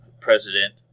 president